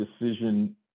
decision